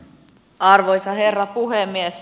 arvoisa herra puhemies